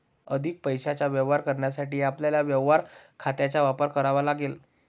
अधिक पैशाचे व्यवहार करण्यासाठी आपल्याला व्यवहार खात्यांचा वापर करावा लागेल